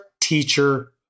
teacher